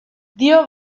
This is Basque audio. dio